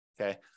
okay